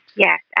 Yes